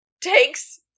takes